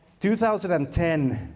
2010